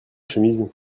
chemise